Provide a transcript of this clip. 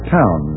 town